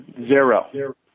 zero